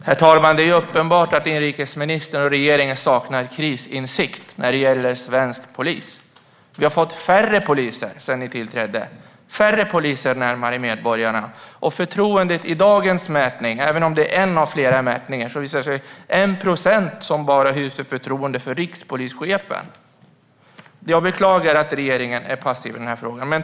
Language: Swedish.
Herr talman! Det är uppenbart att inrikesministern och regeringen saknar krisinsikt när det gäller svensk polis. Vi har fått färre poliser sedan regeringen tillträdde. Det är färre poliser nära medborgarna. Även om dagens mätning är en av flera mätningar visar den att det bara är 1 procent som hyser förtroende för rikspolischefen. Jag beklagar att regeringen är passiv i den här frågan.